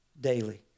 daily